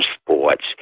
sports